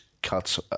cuts